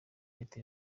leta